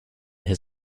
his